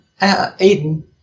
Aiden